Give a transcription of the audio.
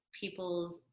people's